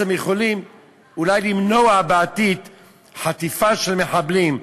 יכולים אולי למנוע בעתיד חטיפה של מחבלים.